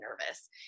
nervous